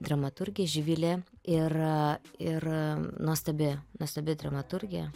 dramaturgė živilė ir ir nuostabi nuostabi dramaturgė